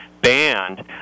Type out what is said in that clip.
banned